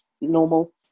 normal